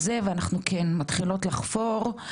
ואנחנו כן מתחילות לחפור,